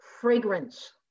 fragrance